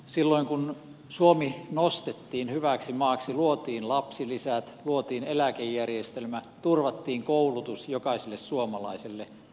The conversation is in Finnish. silloin kun suomi nostettiin hyväksi maaksi luotiin lapsilisät luotiin eläkejärjestelmä turvattiin koulutus jokaiselle suomalaiselle